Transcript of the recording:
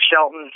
Shelton